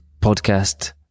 podcast